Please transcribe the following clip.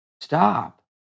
stop